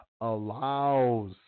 allows